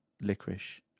licorice